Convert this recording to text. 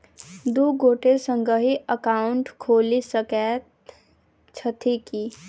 दु गोटे संगहि एकाउन्ट खोलि सकैत छथि की?